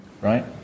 right